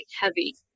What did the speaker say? heavy